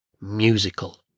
musical